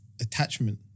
attachment